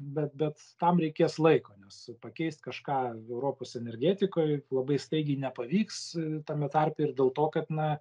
bet bet tam reikės laiko nes pakeist kažką europos energetikoj labai staigiai nepavyks tame tarpe ir dėl to kad na